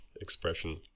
expression